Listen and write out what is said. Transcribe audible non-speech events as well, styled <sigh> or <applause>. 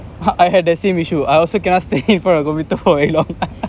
I had the same issue I also cannot stay in front of computer for very long <laughs>